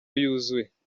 yuzuye